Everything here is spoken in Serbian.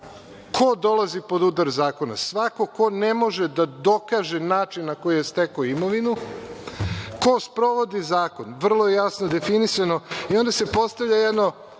dolazi pod udar zakona? Svako ko ne može da dokaže način na koji je stekao imovinu. Ko sprovodi zakon? Vrlo je jasno definisano i onda se postavlja jedno